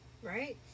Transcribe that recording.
Right